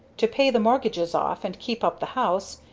to pay the mortgages off, and keep up the house,